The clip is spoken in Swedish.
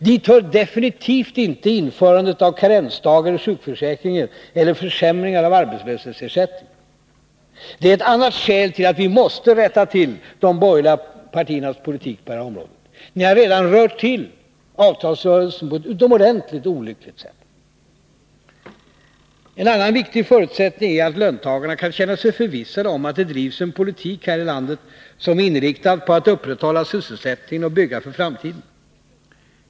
Dit hör definitivt inte införande av karensdagar i sjukförsäkringen eller försämringar av arbetslöshetsersättningen. Det är ett annat skäl till att vi måste ställa till rätta de borgerliga partiernas politik på dessa punkter. Ni har redan rört till avtalsrörelsen på ett utomordentligt olyckligt sätt. En annan viktig förutsättning är att löntagarna kan känna sig förvissade om att det drivs en politik här i landet som är inriktad på att upprätthålla sysselsättningen och bygga för framtiden.